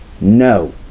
no